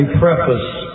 preface